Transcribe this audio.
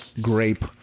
grape